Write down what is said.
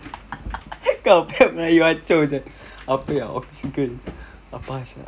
kau punya melayu hancur sia apa yang oksigen apa sia